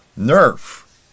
Nerf